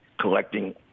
collecting